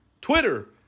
Twitter